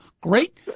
great